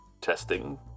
testing